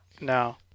No